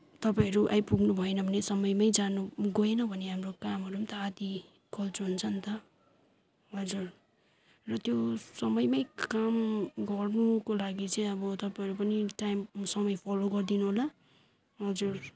तपाईँहरू आइपुग्नु भएन भने समयमै जानु गएनौँ भने हाम्रो कामहरू पनि त आधाकल्चो हुन्छ नि त हजुर र त्यो समयमै काम गर्नुको लागि चाहिँ अब तपाईँहरू पनि टाइम समय फलो गरिदिनुहोला हजुर